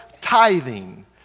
tithing